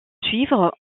suivre